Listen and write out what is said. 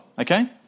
Okay